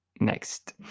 next